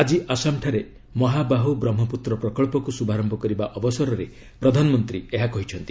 ଆଜି ଆସାମଠାରେ ମହାବାହୁ ବ୍ରହ୍ମପୁତ୍ର ପ୍ରକଳ୍ପକୁ ଶୁଭାରନ୍ଥ କରିବା ଅବସରରେ ପ୍ରଧାନମନ୍ତ୍ରୀ ଏହା କହିଛନ୍ତି